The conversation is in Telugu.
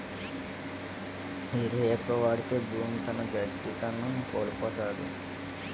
యూరియా ఎక్కువ వాడితే భూమి తన గట్టిదనం కోల్పోతాది